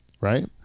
right